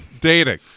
dating